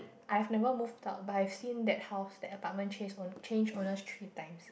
I've never moved out but I've seen that house that apartment changes own changed owners three times